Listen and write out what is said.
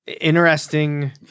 Interesting